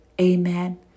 Amen